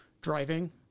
driving